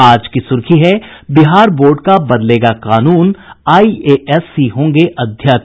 आज की सुर्खी है बिहार बोर्ड का बदलेगा कानून आईएएस ही होंगे अध्यक्ष